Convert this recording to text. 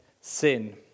sin